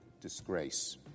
disgrace